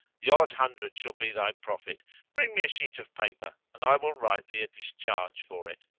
the odd hundred shall be thy profit bring me a sheet of paper and i will write thee a discharge for it.